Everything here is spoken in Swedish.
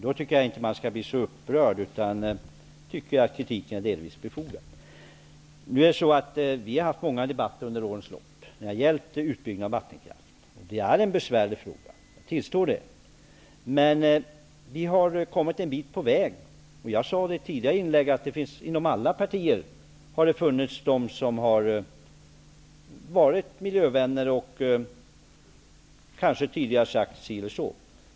Hon bör då inte bli så upprörd utan inse att kritiken delvis är befogad. Vi har under årens lopp haft många debatter om utbyggnad av vattenkraften. Jag tillstår att det är en besvärlig fråga, men vi har kommit ett stycke på väg. Jag sade tidigare att det inom alla partier tidigare har funnits miljövänner som gjort avvikande uttalanden.